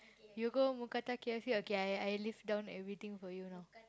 you go mookata K_F_C okay I I list down everything for you now